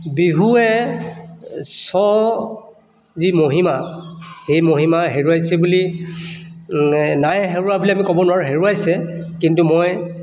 বিহুৱে স্ব যি মহিমা সেই মহিমা হেৰুৱাইছে বুলি নাই হেৰুৱা বুলি আমি ক'ব নোৱাৰোঁ হেৰুৱাইছে কিন্তু মই